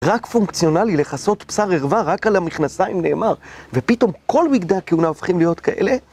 רק פונקציונלי לחסות בשר ערווה, רק על המכנסיים נאמר, ופתאום כל בגדי הכהונה הופכים להיות כאלה?